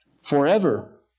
forever